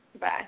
Bye